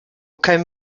kämen